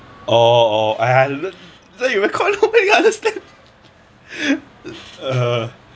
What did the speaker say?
[oh} I I understand uh